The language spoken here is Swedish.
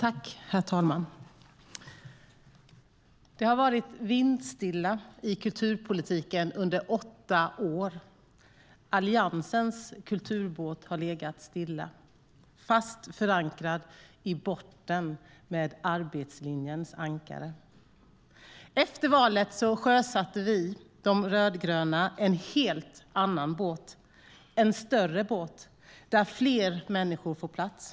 Herr talman! Det har varit vindstilla i kulturpolitiken under åtta år. Alliansens kulturbåt har legat stilla, fast förankrad i botten med arbetslinjens ankare. Efter valet sjösatte vi rödgröna en helt annan båt, en större båt där fler människor får plats.